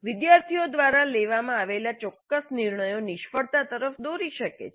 વિદ્યાર્થીઓ દ્વારા લેવામાં આવેલા ચોક્કસ નિર્ણયો નિષ્ફળતા તરફ દોરી શકે છે